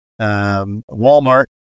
Walmart